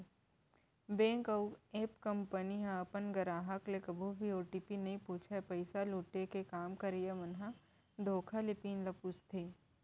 bank अउ app company ह अपन गराहक ले कभू भी ओ.टी.पी नइ पूछय, पइसा लुटे के काम करइया मन ह धोखा ले पिन ल पूछथे